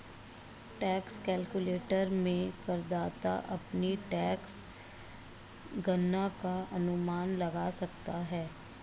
tax calculator में करदाता अपनी टैक्स गणना का अनुमान लगा सकता है